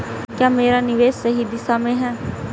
क्या मेरा निवेश सही दिशा में है?